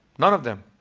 none of them.